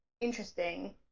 interesting